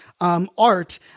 art